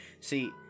See